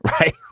right